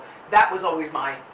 that was always my,